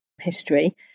history